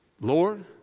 Lord